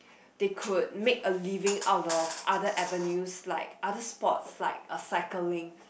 they could make a living out of other avenues like other sports like uh cycling